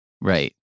Right